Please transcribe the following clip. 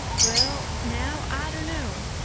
well now, i dunno.